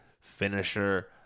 finisher